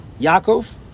Yaakov